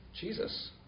Jesus